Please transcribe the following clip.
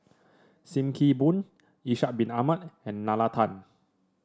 Sim Kee Boon Ishak Bin Ahmad and Nalla Tan